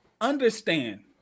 understand